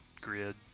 grid